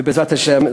ובעזרת השם,